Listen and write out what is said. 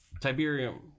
Tiberium